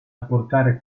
apportare